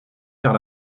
vers